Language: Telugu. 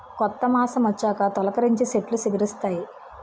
కొత్త మాసమొచ్చాక తొలికరించి సెట్లు సిగిరిస్తాయి